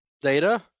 Data